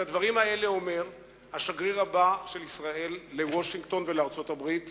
את הדברים האלה אומר השגריר הבא של ישראל לוושינגטון ולארצות-הברית,